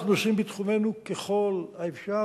אנחנו עושים בתחומנו ככל האפשר.